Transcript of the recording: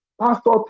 pastor